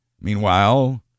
Meanwhile